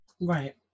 Right